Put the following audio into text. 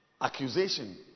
accusation